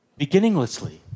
beginninglessly